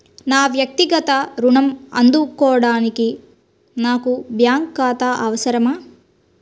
నా వక్తిగత ఋణం అందుకోడానికి నాకు బ్యాంక్ ఖాతా అవసరమా?